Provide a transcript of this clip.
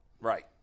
right